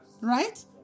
Right